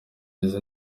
bagize